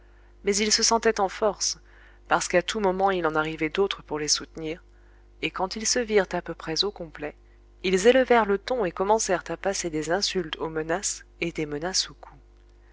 mais ils se sentaient en force parce qu'à tout moment il en arrivait d'autres pour les soutenir et quand ils se virent à peu près au complet ils élevèrent le ton et commencèrent à passer des insultes aux menaces et des menaces aux coups